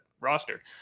roster